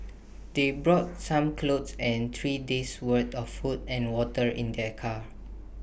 they brought some clothes and three days'worth of food and water in their car